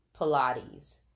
Pilates